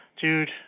Dude